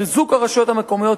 חיזוק הרשויות המקומיות,